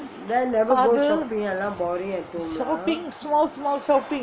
shopping small small shopping